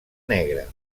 negra